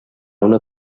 una